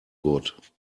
good